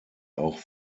auch